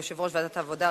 יושב-ראש ועדת העבודה,